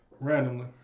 Randomly